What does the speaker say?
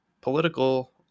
political